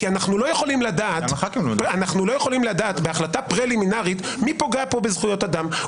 כי אנחנו לא יכולים לדעת בהחלטת פרלימינרית מי פוגע פה בזכויות אדם.